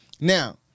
Now